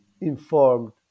informed